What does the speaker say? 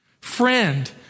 Friend